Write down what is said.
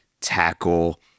tackle